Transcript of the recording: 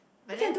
but then